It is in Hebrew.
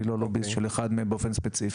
אני לא לוביסט של אחד מהם באופן ספציפי,